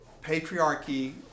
Patriarchy